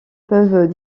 peuvent